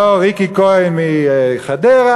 לא ריקי כהן מחדרה,